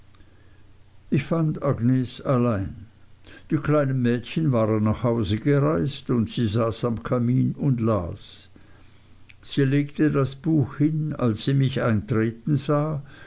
ich fand agnes allein die kleinen mädchen waren nach hause gereist und sie saß am kamin und las sie legte das buch hin als sie mich eintreten sah